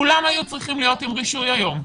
כולם היו צריכים להיות עם רישוי היום.